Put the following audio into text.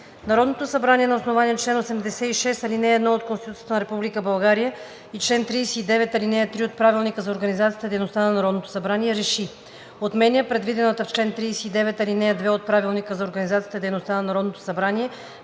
Народното събрание на основание чл. 86, ал. 1 от Конституцията на Република България и чл. 39, ал. 3 от Правилника за организацията и дейността на Народното събрание РЕШИ: Отменя предвидената в чл. 39, ал. 2 от Правилника за организацията и дейността на Народното събрание